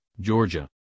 Georgia